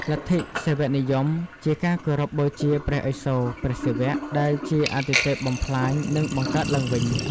លទ្ធិសិវនិយមជាការគោរពបូជាព្រះឥសូរ (ព្រះសិវៈ) ដែលជាអាទិទេពបំផ្លាញ និងបង្កើតឡើងវិញ។